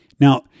Now